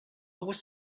was